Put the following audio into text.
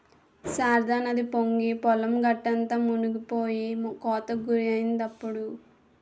శారదానది పొంగి పొలం గట్టంతా మునిపోయి కోతకి గురైందిప్పుడు